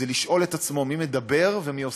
זה לשאול את עצמו מי מדבר ומי עושה,